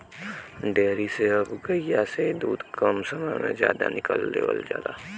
dairy से अब गइया से दूध कम समय में जादा निकाल लेवल जाला